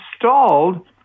installed